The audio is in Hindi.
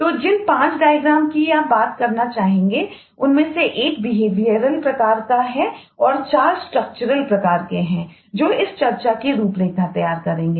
तो जिन पाँच डायग्राम प्रकार के हैं जो इस चर्चा की रूपरेखा तैयार करेंगे